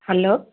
hello